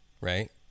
right